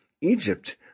Egypt